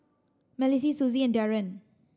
Malissie Suzie and Darren